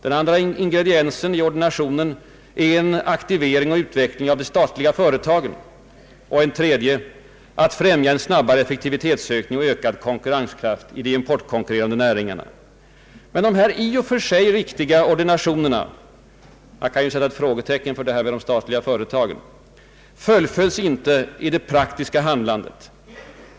Den andra ingrediensen i ordinationen är en aktivering och utveckling av de statliga företagen och en tredje är att främja en snabbare effektivitetsökning och en ökad konkurrenskraft i de importkonkurrerande näringarna. Men de i och för sig riktiga ordinationerna — jag sätter ett frågetecken för de statliga företagen — fullföljs inte i det praktiska handlandet.